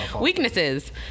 Weaknesses